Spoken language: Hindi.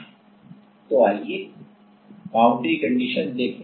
बाउंड्री कंडीशनस Boundary conditions तो आइए बाउंड्री कंडीशनस देखें